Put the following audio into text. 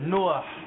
Noah